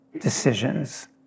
decisions